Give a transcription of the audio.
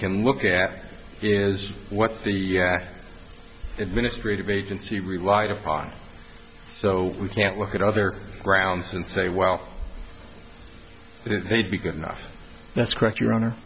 can look at is what the administrative agency relied upon so we can't look at other grounds and say well they'd be good enough that's correct your honor